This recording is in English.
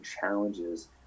challenges